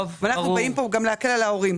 ואנחנו באים פה גם להקל על ההורים.